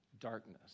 darkness